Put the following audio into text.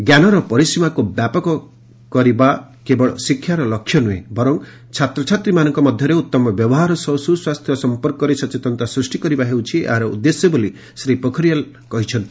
ଜ୍ଞାନର ପରିସୀମାକୁ ବ୍ୟାପକ କରିବା କେବଳ ଶିକ୍ଷାର ଲକ୍ଷ୍ୟ ନ୍ରହେଁ ବରଂ ଛାତ୍ରଛାତ୍ରୀମାନଙ୍କ ମଧ୍ୟରେ ଉତ୍ତମ ବ୍ୟବହାର ସହ ସୁସ୍ୱାସ୍ଥ୍ୟ ସଂପର୍କରେ ସଚେତନତା ସୃଷ୍ଟି କରିବା ହେଉଛି ଏହାର ଉଦ୍ଦେଶ୍ୟ ବୋଲି ଶ୍ରୀ ପୋଖରିଆଲ୍ କହିଛନ୍ତି